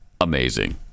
Amazing